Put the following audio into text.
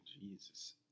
Jesus